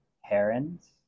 herons